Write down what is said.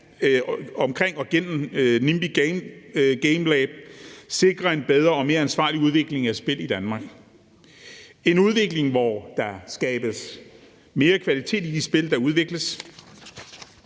for og gennem Nimbi Gamelab sikrer en bedre og mere ansvarlig udvikling af spil i Danmark – en udvikling, hvor der skabes mere kvalitet i de spil, der udvikles.